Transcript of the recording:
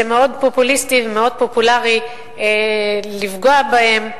שמאוד פופוליסטי ומאוד פופולרי לפגוע בהם.